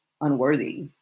unworthy